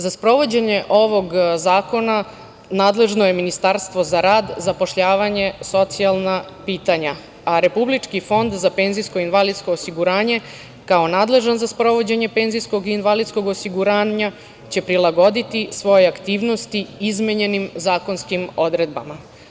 Za sprovođenje ovog zakona nadležno je Ministarstvo za rad, zapošljavanje, socijalna pitanja, a Republički fond za PIO kao nadležan za sprovođenje penzijskog i invalidskog osiguranja će prilagoditi svoje aktivnosti izmenjenim zakonskim odredbama.